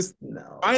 No